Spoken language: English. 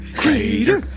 crater